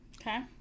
Okay